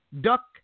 duck